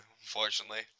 unfortunately